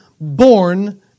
born